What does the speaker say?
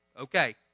Okay